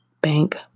bank